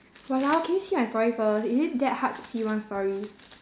!walao! can you see my story first is it that hard to see one story